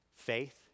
faith